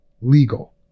legal